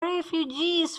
refugees